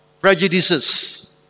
prejudices